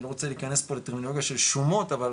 אני לא רוצה להיכנס פה לטרמינולוגיה של שומות, אבל